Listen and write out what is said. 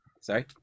sorry